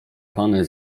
pan